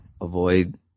avoid